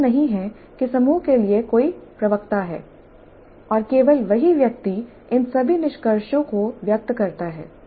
ऐसा नहीं है कि समूह के लिए कोई प्रवक्ता है और केवल वही व्यक्ति इन सभी निष्कर्षों को व्यक्त करता है